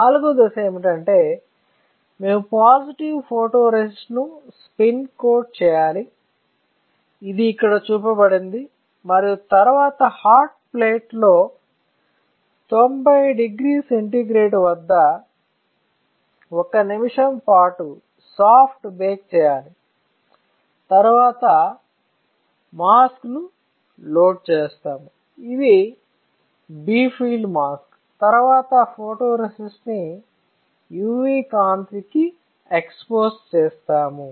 నాల్గవ దశ ఏమిటంటే మేము పాజిటివ్ ఫోటోరేసిస్ట్ను స్పిన్ కోట్ చేయాలి ఇది ఇక్కడ చూపబడింది మరియు తరువాత హాట్ ప్లేట్లో 90 డిగ్రీ సెంటీగ్రేడ్ వద్ద 1 నిమిషం పాటు సాఫ్ట్ బెక్ చేయాలి తరువాత మాస్ ను లోడ్ చేస్తాము ఇది B ఫిల్మ్ మాస్క్ తరువాత ఫోటోరేసిస్ట్ ని UV కాంతి కి ఎక్స్పోజ్ చేస్తాము